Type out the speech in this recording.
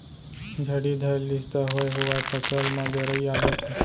झड़ी धर लिस त होए हुवाय फसल म जरई आ जाथे